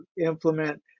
implement